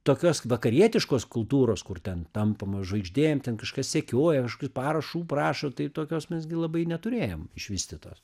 tokios vakarietiškos kultūros kur ten tampama žaigždėm ten kažkas sekioja kažkokių parašų prašo tai tokios mes gi labai neturėjom išvystytos